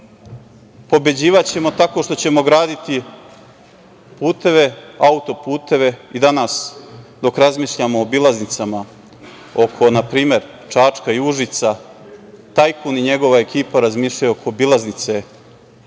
pobeđivaćemo tako što ćemo graditi puteve, auto-puteve. Danas, dok razmišljamo o obilaznicama oko, na primer, Čačka ili Užica, tajkun i njegova ekipa razmišljaju o obilaznici